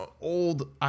old